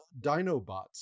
Dinobots